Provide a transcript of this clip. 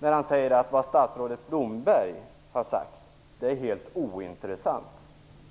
Han säger att vad statsrådet Blomberg har sagt är helt ointressant.